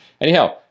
anyhow